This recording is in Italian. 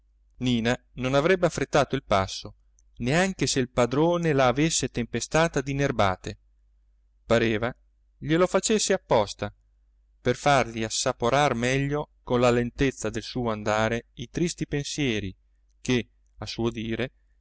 nina non avrebbe affrettato il passo neanche se il padrone la avesse tempestata di nerbate pareva glielo facesse apposta per fargli assaporar meglio con la lentezza del suo andare i tristi pensieri che a suo dire